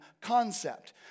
concept